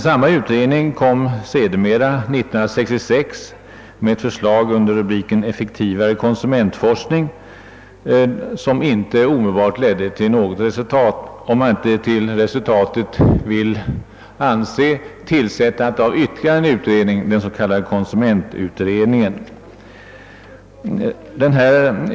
Samma utredning framlade 1966 ett förslag under rubriken »Effektivare konsumentforskning», vilket inte omedelbart ledde till något resultat, om man inte till resultat vill hänföra tillsättandet av ytterligare en utredning, den s.k. konsumentutredningen.